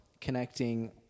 Connecting